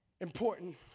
important